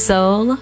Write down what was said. Soul